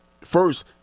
first